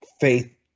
faith